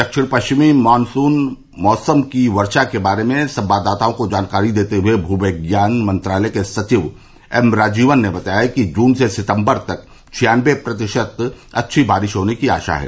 दक्षिण पश्चिम मॉनसून मौसम की वर्षा के बारे में संवाददाताओं को जानकारी देते हुए भूविज्ञान मंत्रालय के सचिव डॉ एमराजीवन ने बताया है कि जून से सितम्बर तक छियान्नबे प्रतिशत अच्छी बारिश होने की आशा है